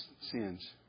sins